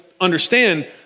understand